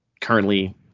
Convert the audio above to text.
currently